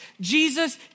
Jesus